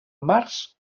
març